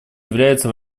является